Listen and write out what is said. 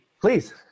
please